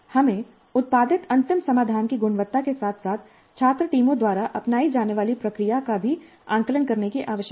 हमें उत्पादित अंतिम समाधान की गुणवत्ता के साथ साथ छात्र टीमों द्वारा अपनाई जाने वाली प्रक्रिया का भी आकलन करने की आवश्यकता है